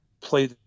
play